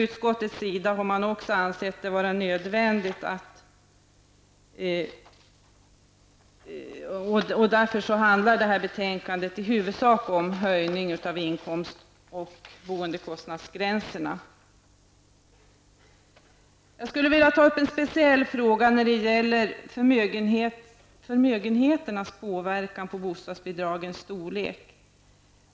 Utskottet har också ansett detta nödvändigt, och därför handlar betänkandet i huvudsak om höjning av inkomst och boendekostnadsgränser. Jag vill ta upp en speciell fråga, nämligen hur förmögenheter påverkar bostadsbidragens storlek.